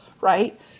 right